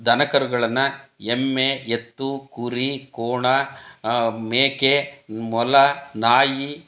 ದನಕರುಗಳನ್ನು ಎಮ್ಮೆ ಎತ್ತು ಕುರಿ ಕೋಣ ಮೇಕೆ ಮೊಲ ನಾಯಿ